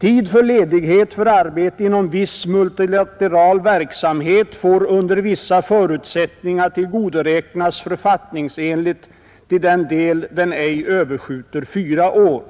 Tid för ledighet för arbete inom viss multilateral verksamhet får under vissa förutsättningar tillgodoräknas författningsenligt till den del den ej överskjuter fyra år.